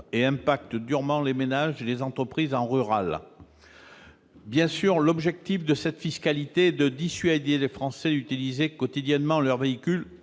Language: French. et impacte durement les ménages et les entreprises en milieu rural. Bien sûr, l'objectif de cette fiscalité est de dissuader les Français d'utiliser quotidiennement leur véhicule.